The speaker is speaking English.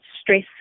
stress